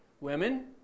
women